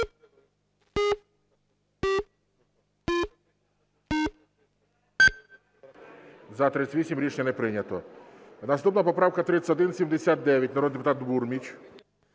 За-38 Рішення не прийнято. Наступна поправка 3179. Народний депутат Бурміч.